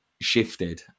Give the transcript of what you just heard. shifted